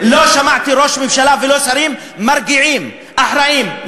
לא שמעתי ראש ממשלה ולא שרים מרגיעים, אחראיים.